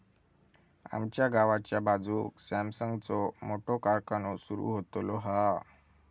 आमच्या गावाच्या बाजूक सॅमसंगचो मोठो कारखानो सुरु होतलो हा